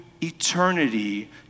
eternity